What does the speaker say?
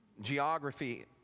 geography